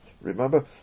Remember